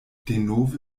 denove